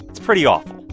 it's pretty awful.